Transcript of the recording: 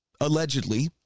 allegedly